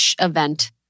event